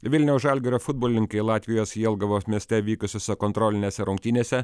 vilniaus žalgirio futbolininkai latvijos jelgavos mieste vykusiose kontrolinėse rungtynėse